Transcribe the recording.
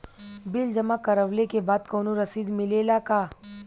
Bill जमा करवले के बाद कौनो रसिद मिले ला का?